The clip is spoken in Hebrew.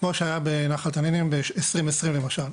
כמו האירוע שארע בנחל תנינים בשנת 2020 למשל.